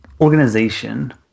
organization